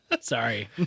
Sorry